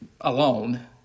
alone